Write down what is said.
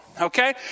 Okay